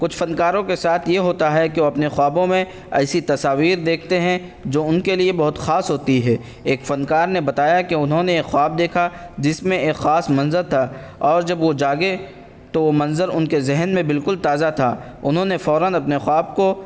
کچھ فنکاروں کے ساتھ یہ ہوتا ہے کہ وہ اپنے خوابوں میں ایسی تصاویر دیکھتے ہیں جو ان کے لیے بہت خاص ہوتی ہے ایک فنکار نے بتایا کہ انہوں نے ایک خواب دیکھا جس میں ایک خاص منظر تھا اور جب وہ جاگے تو وہ منظر ان کے ذہن میں بالکل تازہ تھا انہوں نے فوراً اپنے خواب کو